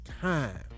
time